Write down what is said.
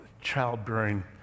childbearing